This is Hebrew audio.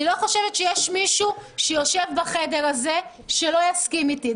אני לא חושבת שיש מישהו שיושב בחדר הזה שלא יסכים איתי.